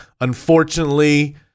Unfortunately